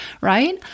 right